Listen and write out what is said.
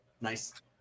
nice